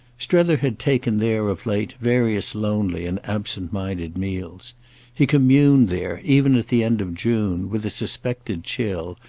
strether had taken there of late various lonely and absent-minded meals he communed there, even at the end of june, with a suspected chill,